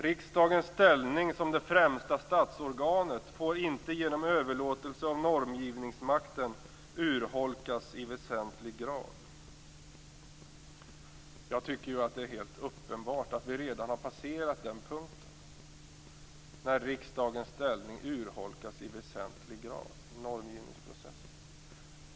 Riksdagens ställning som det främsta statsorganet får inte genom överlåtelse av normgivningsmakten urholkas i väsentlig grad. Jag tycker att det är helt uppenbart att vi redan har passerat den punkt där riksdagens ställning urholkas i väsentlig grad i normgivningsprocessen.